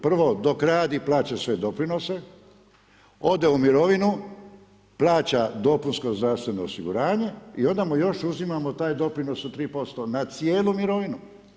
Prvo dok radi plaća svoje doprinose, ode u mirovinu, plaća dopunsko zdravstveno osiguranje i onda mu još uzimamo doprinos od 3% na cijelu mirovinu.